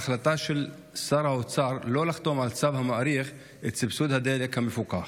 החלטה של שר האוצר לא לחתום על צו המאריך את סבסוד הדלק המפוקח.